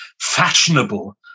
fashionable